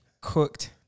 cooked